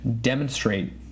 demonstrate